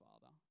father